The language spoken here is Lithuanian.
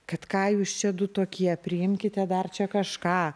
kad ką jūs čia du tokie priimkite dar čia kažką